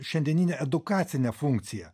šiandieninę edukacinę funkciją